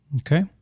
Okay